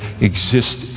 exist